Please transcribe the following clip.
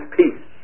peace